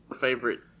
favorite